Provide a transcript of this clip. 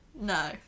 No